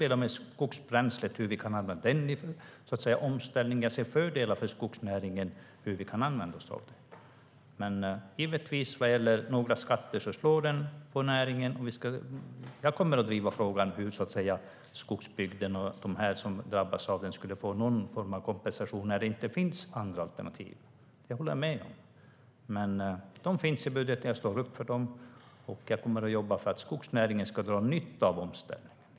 Vi kan använda skogsbränsle i omställningen, så jag ser fördelar för skogsnäringen. Givetvis slår skatter på näringen. Jag kommer att driva frågan om att skogsbygden och de som drabbas ska få någon form av kompensation när det inte finns några andra alternativ. Jag står upp för förslagen i budgeten, och jag kommer att jobba för att skogsnäringen ska dra nytta av omställningen.